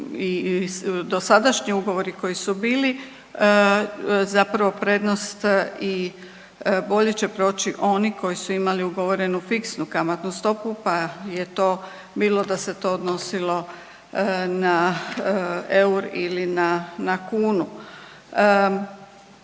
i dosadašnji ugovori koji su bili zapravo prednost i bolje će proći oni koji su imali ugovorenu fiksnu kamatnu stopu pa je to bilo, bilo da se to odnosilo na euro ili na kunu.